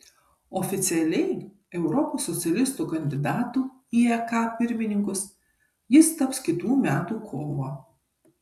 oficialiai europos socialistų kandidatu į ek pirmininkus jis taps kitų metų kovą